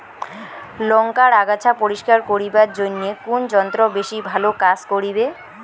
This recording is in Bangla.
লংকার আগাছা পরিস্কার করিবার জইন্যে কুন যন্ত্র বেশি ভালো কাজ করিবে?